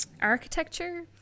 architecture